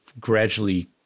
gradually